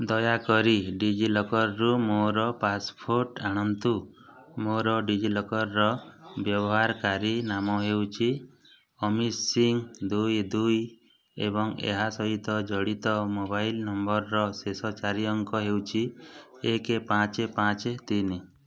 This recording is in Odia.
ଦୟାକରି ଡିଜିଲକର୍ରୁ ମୋର ପାସପୋର୍ଟ୍ ଆଣନ୍ତୁ ମୋର ଡିଜିଲକର୍ ବ୍ୟବହାରକାରୀ ନାମ ହେଉଛି ଅମିତ ସିଂ ଦୁଇ ଦୁଇ ଏବଂ ଏହା ସହିତ ଜଡ଼ିତ ମୋବାଇଲ୍ ନମ୍ବର୍ର ଶେଷ ଚାରି ଅଙ୍କ ହେଉଛି ଏକ ପାଞ୍ଚ ପାଞ୍ଚ ତିନି